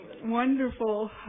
Wonderful